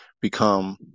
become